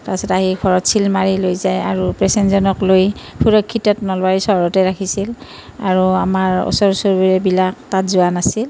তাৰ পিছত আহি ঘৰত চিল মাৰি লৈ যায় আৰু পেচেণ্টজনক লৈ সুৰক্ষিত নলবাৰী চহৰতে ৰাখিছিল আৰু আমাৰ ওচৰ চুবুৰীয়াবিলাক তাত যোৱা নাছিল